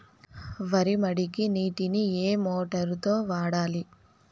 వరి మడికి నీటిని ఏ మోటారు తో వాడాలి?